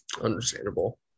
Understandable